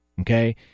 Okay